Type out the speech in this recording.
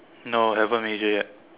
no haven't major yet